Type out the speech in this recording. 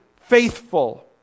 faithful